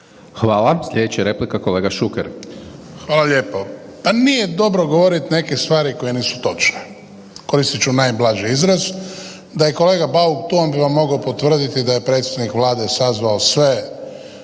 Hvala. Sljedeća replika, kolega Šuker. **Šuker, Ivan (HDZ)** Hvala lijepo. Pa nije dobro govoriti neke stvari koje nisu točne. Koristit ću najblaži izraz, da je kolega Bauk tu, on bi vam mogao potvrditi da je predsjednik Vlade sazvao sve